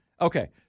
Okay